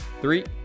three